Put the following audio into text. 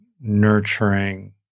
nurturing